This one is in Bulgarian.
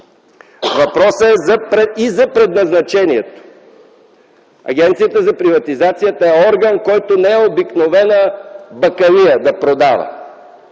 Въпросът е и за предназначението. Агенцията за приватизацията е орган, а не обикновена бакалия – да продава.